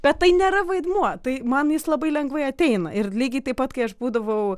bet tai nėra vaidmuo tai man jis labai lengvai ateina ir lygiai taip pat kai aš būdavau